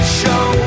show